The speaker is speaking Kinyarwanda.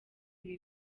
ibi